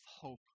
hope